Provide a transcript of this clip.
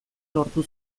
lortu